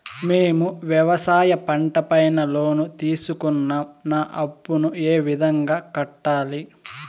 మేము వ్యవసాయ పంట పైన లోను తీసుకున్నాం నా అప్పును ఏ విధంగా కట్టాలి